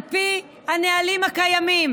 על פי הנהלים הקיימים